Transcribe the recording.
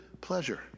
pleasure